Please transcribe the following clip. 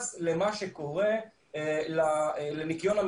יש פער מאוד גדול בין סכומי הקנסות שהוטלו